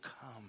come